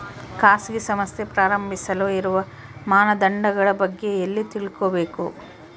ಖಾಸಗಿ ಸಂಸ್ಥೆ ಪ್ರಾರಂಭಿಸಲು ಇರುವ ಮಾನದಂಡಗಳ ಬಗ್ಗೆ ಎಲ್ಲಿ ತಿಳ್ಕೊಬೇಕು?